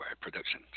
production